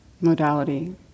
modality